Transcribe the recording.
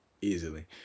Easily